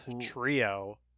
trio